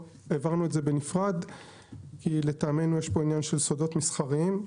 העברנו אותה בנפרד כי לטעמנו יש עניין של סודות מסחריים.